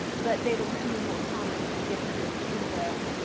but they were becoming more common. you could get them in in the,